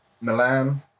Milan